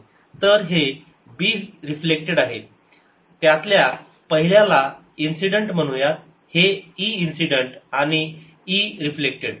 तर हे b reflected आहे त्यातल्या पहिल्या ला इन्सिडेंट म्हणूयात हे e इन्सिडेंट आणि e रिफ्लेक्टेड